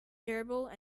durable